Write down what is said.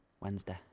Wednesday